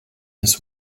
this